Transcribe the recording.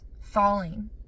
falling